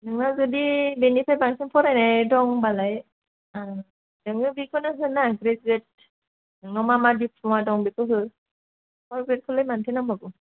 नोंनाव जुदि बेनिफ्राय बांसिन फरायनाय दंबालाय आं नोङो बेखौनो होना ग्रेजुयेट नोंनाव मा मा डिप्लमा दं बेखौ हो फर ग्रेडखौलाय मानोथो नांबावगौ